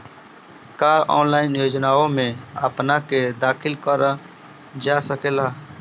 का ऑनलाइन योजनाओ में अपना के दाखिल करल जा सकेला?